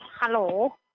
Hello